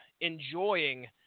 enjoying